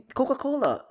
Coca-Cola